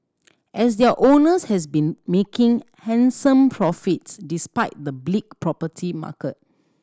as their owners has been making handsome profits despite the bleak property market